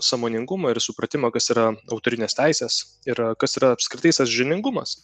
sąmoningumą ir supratimą kas yra autorinės teisės ir kas yra apskritai sąžiningumas